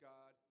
God